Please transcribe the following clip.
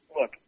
look